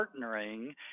partnering